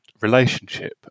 relationship